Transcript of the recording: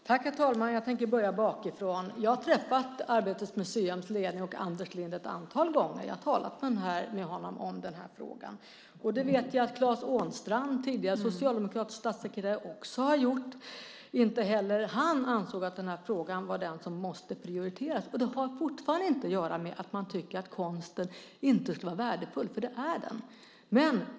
Herr talman! Jag tänker börja med den sista frågan. Jag har träffat Arbetets museums ledning och Anders Lindh ett antal gånger. Jag har talat med honom om detta. Det vet jag att Claes Ånstrand, tidigare socialdemokratisk statssekreterare, också gjort. Inte heller han ansåg att den här frågan var den som måste prioriteras. Och det har fortfarande inte att göra med att man tycker att konsten inte skulle vara värdefull, för det är den.